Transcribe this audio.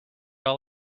all